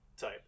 type